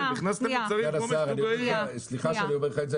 סליחה שאני אומר לך את זה,